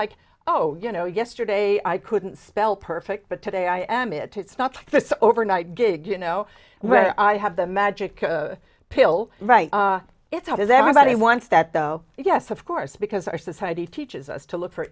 like oh you know yesterday i couldn't spell perfect but today i am it it's not overnight gig you know when i have the magic pill right it's not as everybody wants that though yes of course because our society teaches us to look for